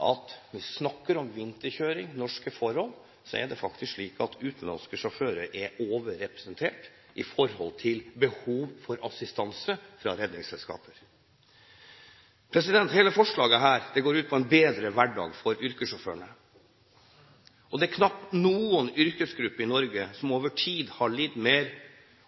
når vi snakker om vinterkjøring, om norske forhold, er det faktisk slik at utenlandske sjåfører er overrepresentert når det gjelder behov for assistanse fra redningsselskaper. Hele forslaget går ut på å få til en bedre hverdag for yrkessjåførene. Det er knapt noen yrkesgruppe i Norge som over tid har lidd mer